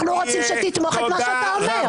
אנחנו רוצים שתתמוך את מה שאתה אומר.